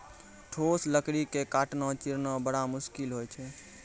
ठोस लकड़ी क काटना, चीरना बड़ा मुसकिल होय छै